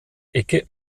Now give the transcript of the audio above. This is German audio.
ecke